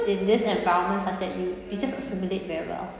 in this environment such that you you just assimilate very well